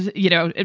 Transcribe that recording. you know,